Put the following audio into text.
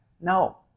No